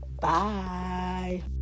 Bye